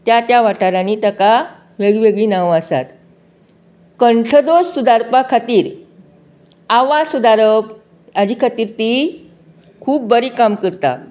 त्या त्या वाठारांनी ताका वेग वेगळीं नांवां आसात कंठदोश सुधारपाक खातीर आवज सुधारप हाचें खातीर तीं खूब बरी काम करता